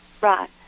Right